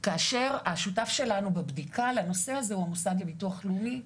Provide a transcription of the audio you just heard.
כאשר השותף שלנו בבדיקה לנושא הזה הוא המוסד לביטוח לאומי,